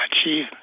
achieve